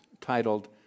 titled